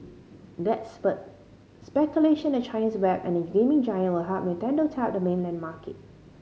that spurred speculation the Chinese web and gaming giant will help Nintendo tap the mainland market